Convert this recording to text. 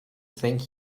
thank